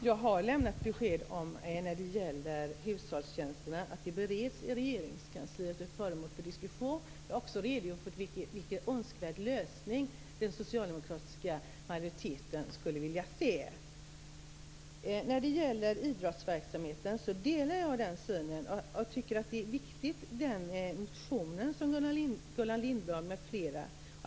Herr talman! Jag har lämnat besked när det gäller frågan om hushållstjänsterna. Den bereds i Regeringskansliet och är föremål för diskussion. Jag har också redogjort för vilken önskvärd lösning den socialdemokratiska majoriteten skulle vilja se. Jag delar synen på idrottsverksamheten. Jag tycker att den motion som Gullan Lindblad m.fl. har skrivit är viktig.